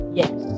yes